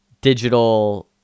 digital